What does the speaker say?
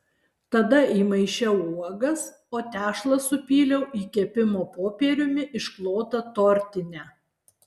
tada įmaišiau uogas o tešlą supyliau į kepimo popieriumi išklotą tortinę